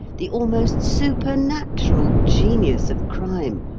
the almost supernatural genius of crime,